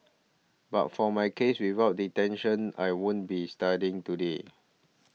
but for my case without detention I wouldn't be studying today